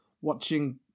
watching